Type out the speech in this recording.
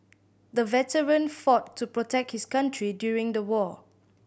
the veteran fought to protect his country during the war